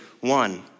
one